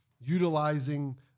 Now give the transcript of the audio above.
utilizing